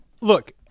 Look